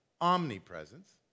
omnipresence